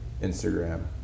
Instagram